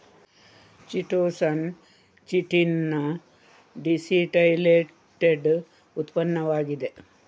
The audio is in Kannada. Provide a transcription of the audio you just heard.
ಚಿಟೋಸಾನ್ ಚಿಟಿನ್ ನ ಡೀಸಿಟೈಲೇಟೆಡ್ ಉತ್ಪನ್ನವಾಗಿದೆ